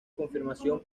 confirmación